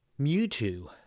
Mewtwo